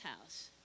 house